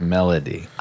Melody